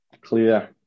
clear